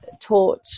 taught